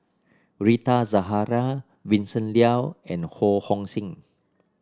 Rita Zahara Vincent Leow and Ho Hong Sing